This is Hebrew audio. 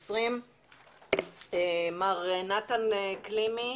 מר נתן קלימי,